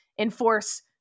enforce